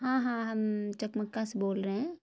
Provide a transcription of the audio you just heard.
ہاں ہاں ہم چکمکا سے بول رہے ہیں